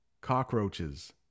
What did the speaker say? cockroaches